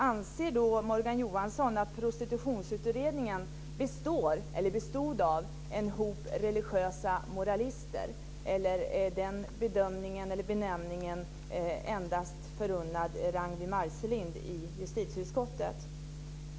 Anser då Morgan Johansson att Prostitutionsutredningen bestod av en hop religiösa moralister? Eller är den benämningen endast förunnad Ragnwi Marcelind i justitieutskottet?